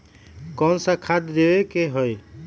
कोन सा खाद देवे के हई?